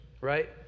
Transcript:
right